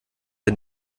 der